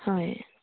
হয়